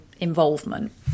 involvement